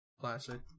Classic